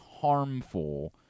harmful